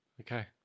Okay